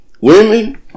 Women